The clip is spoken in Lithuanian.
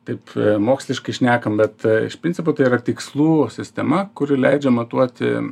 taip moksliškai šnekam bet iš principo tai yra tikslų sistema kuri leidžia matuoti